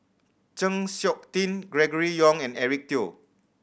Chng Seok Tin Gregory Yong and Eric Teo